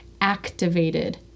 activated